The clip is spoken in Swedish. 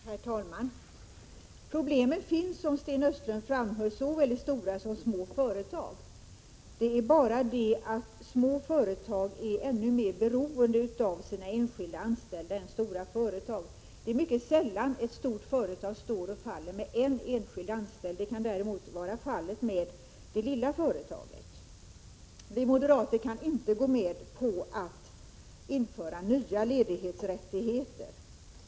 Herr talman! Problemen finns, som Sten Östlund framhöll, såväl i stora som i små företag. Det är bara det att små företag är ännu mer beroende av sina enskilda anställda än stora företag — det är mycket sällan ett stort företag står och faller med en enskild anställd. Det kan däremot vara fallet med det lilla företaget. Vi moderater kan inte gå med på att införa nya ledighetsrättigheter.